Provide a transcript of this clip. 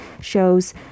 shows